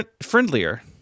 friendlier